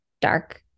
dark